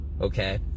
okay